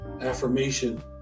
affirmation